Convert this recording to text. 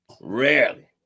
Rarely